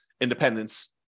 independence